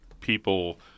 people